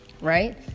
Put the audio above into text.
right